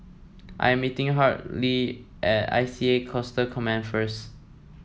I'm meeting Hartley at I C A Coastal Command first